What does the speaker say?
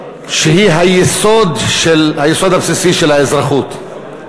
שהיא היסוד הבסיסי של האזרחות.